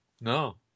No